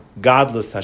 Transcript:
godless